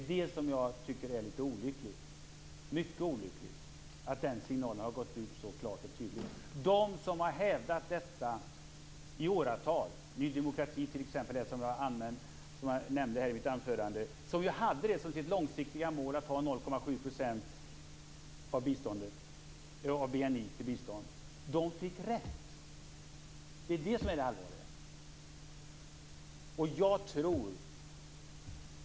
Jag tycker att det är mycket olyckligt att den signalen har gått ut så klart och tydligt. De som har hävdat detta i åratal fick rätt, Ny demokrati t.ex. som jag nämnde i mitt anförande, som ju hade som sitt långsiktiga mål att ha 0,7 % av BNI till biståndet. Det är det som är det allvarliga.